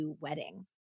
wedding